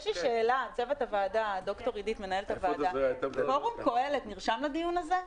יש לי שאלה: פורום קהלת נרשם לדיון הזה?